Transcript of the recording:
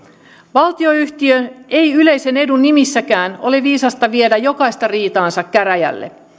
valtionyhtiön ei yleisen edun nimissäkään ole viisasta viedä jokaista riitaansa käräjille